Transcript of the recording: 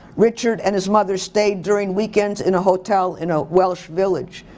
richard and his mother stayed during weekends in a hotel in a welsch village.